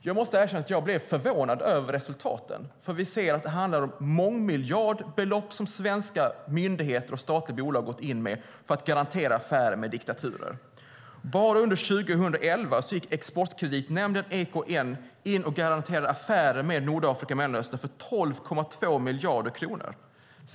Jag måste erkänna att jag blev förvånad över resultatet, för vi ser att det handlar om mångmiljardbelopp som svenska myndigheter och statliga bolag har gått in med för att garantera affärer med diktaturer. Bara under 2011 gick Exportkreditnämnden, EKN, in och garanterade affärer med Nordafrika och Mellanöstern för 12,2 miljarder kronor.